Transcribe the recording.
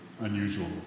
unusual